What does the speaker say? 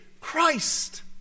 Christ